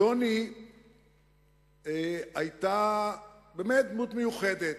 טוני היתה באמת דמות מיוחדת.